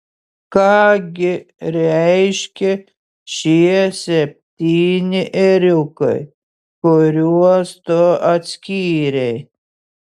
ką gi reiškia šie septyni ėriukai kuriuos tu atskyrei